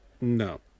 No